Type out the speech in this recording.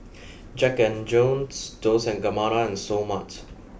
Jack and Jones Dolce and Gabbana and Seoul Mart